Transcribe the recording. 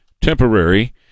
temporary